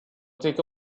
take